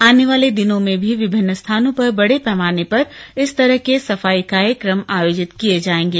आने वाले दिनों में भी विभिन्न स्थानों पर बड़े पैमाने पर इस तरह के सफाई कार्यक्रम आयोजित किए जाएंगे